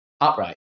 upright